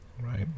right